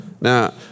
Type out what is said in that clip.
Now